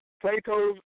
Plato's